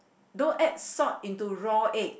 don't add salt into raw egg